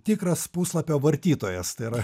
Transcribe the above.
tikras puslapio vartytojas tai yra